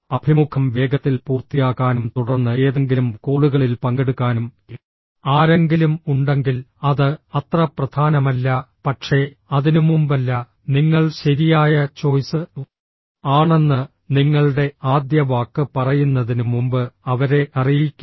അഭിമുഖം വേഗത്തിൽ പൂർത്തിയാക്കാനും തുടർന്ന് ഏതെങ്കിലും കോളുകളിൽ പങ്കെടുക്കാനും ആരെങ്കിലും ഉണ്ടെങ്കിൽ അത് അത്ര പ്രധാനമല്ല പക്ഷേ അതിനുമുമ്പല്ല നിങ്ങൾ ശരിയായ ചോയ്സ് ആണെന്ന് നിങ്ങളുടെ ആദ്യ വാക്ക് പറയുന്നതിന് മുമ്പ് അവരെ അറിയിക്കുക